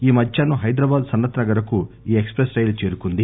ఈ మధ్యాహ్నాం హైదరాబాద్ సనత్ నగర్ కు ఈ ఎక్స్ ప్రెస్ రైలు చేరుకుంది